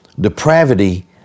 depravity